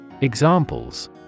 Examples